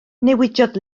newidiodd